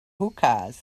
hookahs